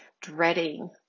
dreading